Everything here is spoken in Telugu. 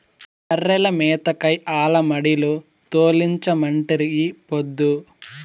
బర్రెల మేతకై ఆల మడిలో తోలించమంటిరి ఈ పొద్దు